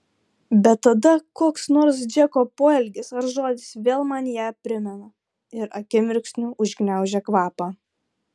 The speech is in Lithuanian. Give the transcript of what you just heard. bet tada koks nors džeko poelgis ar žodis vėl man ją primena ir akimirksniu užgniaužia kvapą